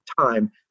time